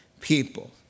people